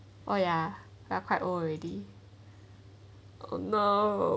oh ya quite old already oh no